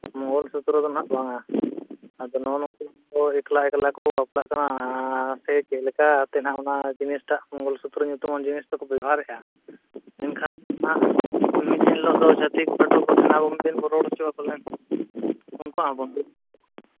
ᱢᱚᱝᱜᱚᱞ ᱥᱩᱛᱨᱚ ᱫᱚ ᱱᱟᱦᱟᱸᱜ ᱵᱟᱝᱼᱟ ᱟᱫᱚ ᱱᱚᱜᱼᱚ ᱱᱚᱝᱠᱟ ᱠᱚ ᱮᱠᱞᱟ ᱮᱠᱞᱟ ᱠᱚ ᱵᱟᱯᱞᱟᱜ ᱠᱟᱱᱟ ᱥᱮ ᱪᱮᱫ ᱞᱮᱠᱟ ᱠᱟᱛᱮᱫ ᱚᱱᱟ ᱡᱤᱱᱤᱥ ᱴᱟᱜ ᱢᱚᱝᱜᱚᱞ ᱥᱩᱛᱨᱚ ᱧᱩᱛᱩᱢᱟᱱ ᱡᱤᱱᱤᱥ ᱫᱚᱠᱚ ᱵᱮᱵᱷᱟᱨᱮᱫᱼᱟ ᱮᱱᱠᱷᱟᱱ ᱚᱱᱟ ᱪᱷᱟᱹᱛᱤᱠ ᱠᱚᱫᱚ ᱯᱟᱞᱮᱱ ᱩᱱᱠᱩᱣᱟᱜ ᱦᱚᱸ ᱵᱟᱹᱱᱩᱜᱼᱟ